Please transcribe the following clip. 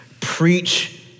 preach